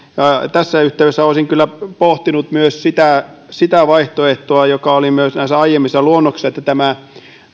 tässä yhteydessä olisin kyllä pohtinut myös sitä sitä vaihtoehtoa joka oli myös myös aiemmissa luonnoksissa että tämä